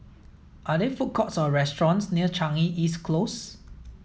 are there food courts or restaurants near Changi East Close